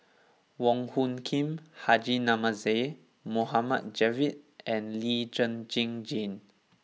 Wong Hung Khim Haji Namazie Mohd Javad and Lee Zhen Zhen Jane